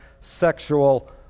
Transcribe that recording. sexual